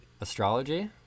astrology